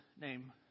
name